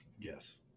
Yes